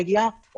רגיעה,